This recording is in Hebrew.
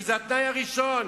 וזה התנאי הראשון.